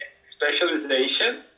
specialization